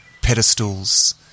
pedestals